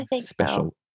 special